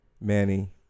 Manny